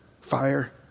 fire